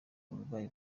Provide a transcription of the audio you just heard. uburwayi